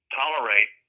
tolerate